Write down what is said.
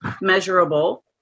measurable